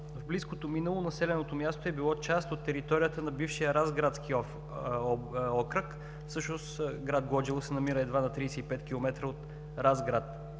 В близкото минало населеното място е било част от територията на бившия Разградски окръг. Всъщност град Глоджево се намира едва на 35 км от Разград.